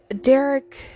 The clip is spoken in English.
derek